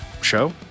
Show